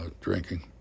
drinking